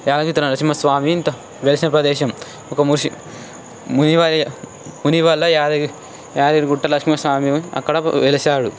యాదగిరి నరసింహస్వామి వెలిసిన ప్రదేశం ఒక ముని వరి ముని వల్ల యాదగిరి యాదగిరిగుట్ట నరసింహస్వామి అక్కడ వెళ్లి వెలిశాడు